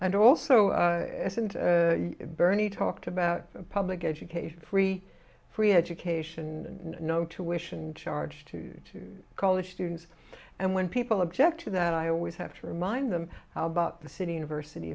and also bernie talked about public education free free education no tuition charged to college students and when people object to that i always have to remind them how about the city university